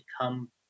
come